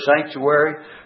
sanctuary